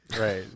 Right